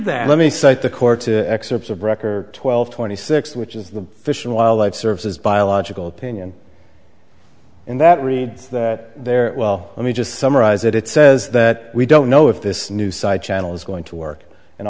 that let me cite the court to excerpts of record twelve twenty six which is the fish and wildlife services biological opinion and that read that there well let me just summarize it it says that we don't know if this new side channel is going to work and